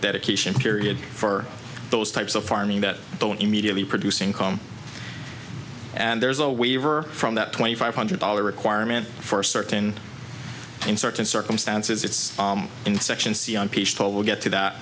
dedication period for those types of farming that don't immediately producing come and there's a waiver from that twenty five hundred dollars requirement for certain in certain circumstances it's in section c unpeaceful will get to that